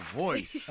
voice